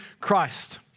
Christ